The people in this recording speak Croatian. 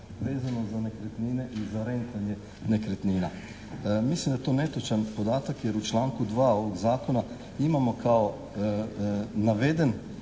vezano za nekretnine i za rentanje nekretnina. Mislim da je to netočan podatak jer u članku 2. ovog zakona imamo kao naveden